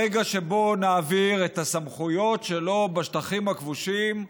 ברגע שבו נעביר את הסמכויות שלו בשטחים הכבושים,